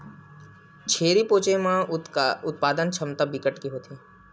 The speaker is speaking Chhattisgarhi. छेरी पोछे म उत्पादन छमता बिकट के होथे